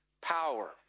power